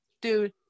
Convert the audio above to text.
Dude